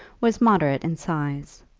was moderate in size,